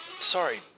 sorry